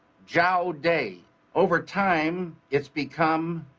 jowday. over time, it's become,